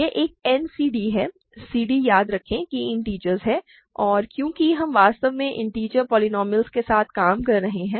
यह एक n c d है c d याद रखें कि इंटिजर्स हैं और क्योंकि हम वास्तव में इन्टिजर पोलीनोमिअलस के साथ काम कर रहे हैं